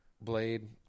Blade